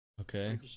okay